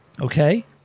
okay